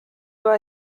devoa